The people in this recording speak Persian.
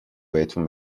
بهتون